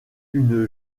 une